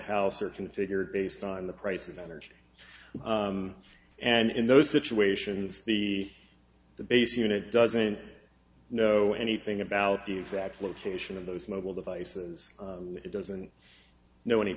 house are configured based on the price of energy and in those situations the base unit doesn't know anything about the exact location of those mobile devices it doesn't know any